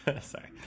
Sorry